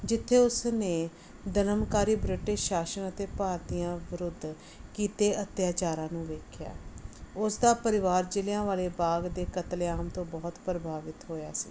ਜਿੱਥੇ ਉਸਨੇ ਦਰਮਕਾਰੀ ਬ੍ਰਿਟਿਸ਼ ਸ਼ਾਸਨ ਅਤੇ ਭਾਰਤੀਆਂ ਵਿਰੁੱਧ ਕੀਤੇ ਅੱਤਿਆਚਾਰਾਂ ਨੂੰ ਵੇਖਿਆ ਉਸ ਦਾ ਪਰਿਵਾਰ ਜਿਲ੍ਹਿਆਂ ਵਾਲੇ ਬਾਗ ਦੇ ਕਤਲੇਆਮ ਤੋਂ ਬਹੁਤ ਪ੍ਰਭਾਵਿਤ ਹੋਇਆ ਸੀ